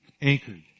anchored